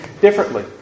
differently